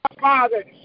Father